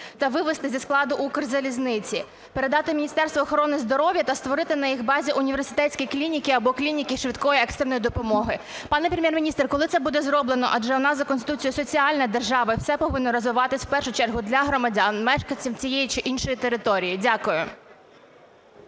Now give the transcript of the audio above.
та вивести зі складу Укрзалізниці, передати Міністерству охорони здоров'я та створити на їх базі університетські клініки або клініки швидкої екстреної допомоги. Пане Прем'єр-міністр, коли це буде зроблено? Адже у нас за Конституцією соціальна держава і все повинно розвиватись в першу чергу для громадян, мешканців цієї чи іншої території. Дякую.